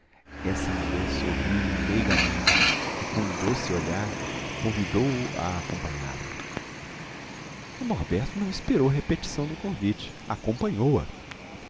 essa mulher sorriu-lhe meigamente e com um doce olhar convidou-o a acompanhá-la o norberto não esperou repetição do convite acompanhou-a